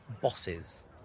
bosses